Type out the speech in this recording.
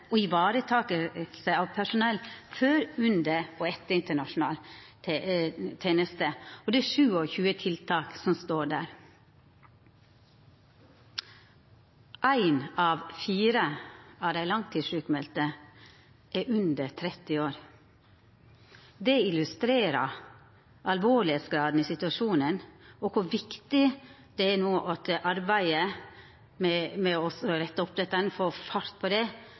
og varetaking av personell før, under og etter internasjonal teneste. I planen er det lista opp 27 tiltak. Éin av fire av dei langtidssjukmelde er under 30 år. Det illustrerer alvorsgraden i situasjonen og kor viktig det er at arbeidet med å retta opp dette og få fart på arbeidet er underlagt tidsfristar for gjennomføring. Det